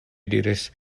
diris